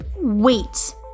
Wait